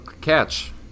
catch